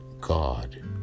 God